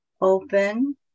Open